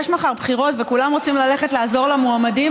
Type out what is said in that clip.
יש מחר בחירות וכולם רוצים ללכת לעזור למועמדים.